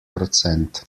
prozent